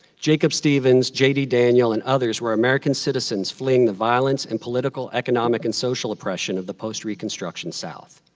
jacob stevens, j d. daniel, and others were american citizens fleeing the violence and political, economic, and social oppression of the post reconstruction south.